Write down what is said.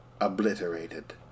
Obliterated